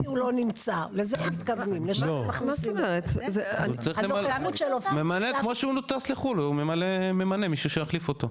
ממלא כמו שהוא טס לחו"ל הוא ממנה מישהו שיחליף אותו,